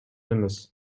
эмес